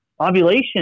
ovulation